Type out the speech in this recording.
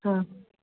ஆ